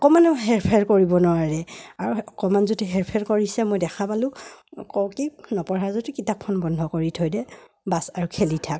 অকণমানে হেৰ ফেৰ কৰিব নোৱাৰে আৰু অকণমান যদি হেৰ ফেৰ কৰিছে মই দেখা পালোঁ কওঁ কি নপঢ়া যদি কিতাপখন বন্ধ কৰি থৈ দে বাছ আৰু খেলি থাক